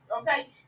Okay